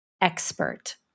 expert